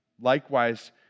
Likewise